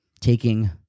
taking